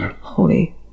Holy